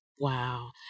Wow